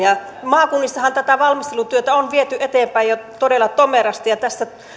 maakunnissahan tätä valmistelutyötä on viety eteenpäin jo todella tomerasti ja tästä